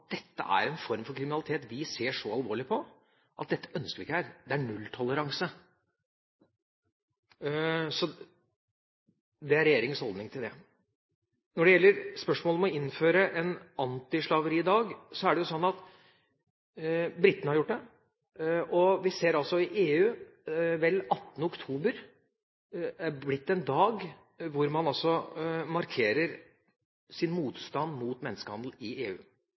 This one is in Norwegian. dette ønsker vi ikke her. Det er nulltoleranse. Det er regjeringas holdning til det. Når det gjelder spørsmålet om å innføre en antislaveridag, har britene gjort det. Vi ser at den 18. oktober er blitt en dag da man markerer sin motstand mot menneskehandel i EU.